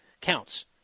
counts